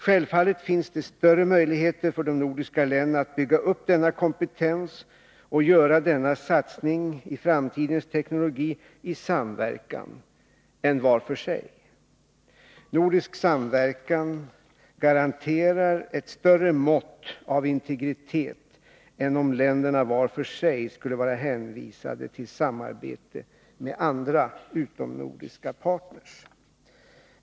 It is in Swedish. Självfallet finns det större möjligheter för de nordiska länderna att bygga upp denna kompetens och göra denna satsning i framtidens teknologi i samverkan än var för sig. Nordisk samverkan garanterar ett större mått av integritet än om länderna var för sig skulle vara hänvisade till samarbete med andra utomnordiska partner.